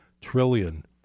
trillion